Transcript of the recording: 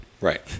Right